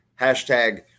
hashtag